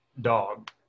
dog